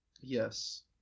Yes